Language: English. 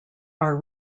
are